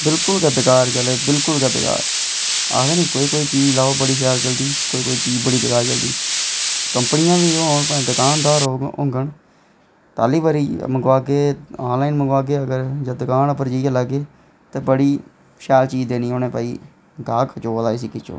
बिल्कुल गै बेकार चले बिल्कुल गै बेकार आखदे निं कोई कोई चीज़ लैओ बड़ी शैल चलदी कोई कोई चीज़ बड़ी बेकार चलदी कंपनियां गै होन भाएं दुकानदार होङन पैह्ली बारी मंगवागे ऑनलाइन मंगवागे अगर दुकान पर जाइयै लैगे ते बड़ी शैल चीज़ देनी भई गाह्क खचोआ दा इसी खिच्चो